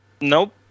Nope